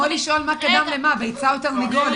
זה כמו לשאול מה קדם למה, הביצה או התרנגולת.